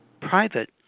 private